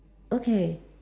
okay